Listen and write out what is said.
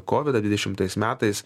kovidą dvidešimtais metais